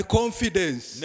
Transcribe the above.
confidence